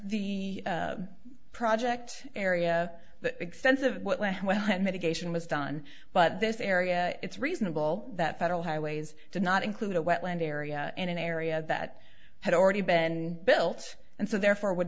the project area that extensive mitigation was done but this area it's reasonable that federal highways did not include a wetland area in an area that had already been built and so therefore would